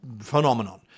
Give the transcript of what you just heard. Phenomenon